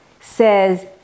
says